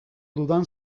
dudan